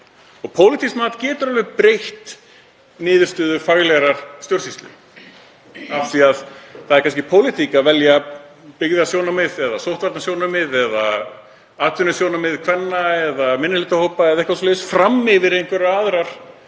Pólitískt mat getur alveg breytt niðurstöðu faglegrar stjórnsýslu. Það er kannski pólitík að velja byggðasjónarmið eða sóttvarnasjónarmið eða atvinnusjónarmið kvenna eða minnihlutahópa eða eitthvað svoleiðis fram yfir annað